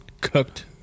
cooked